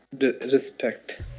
respect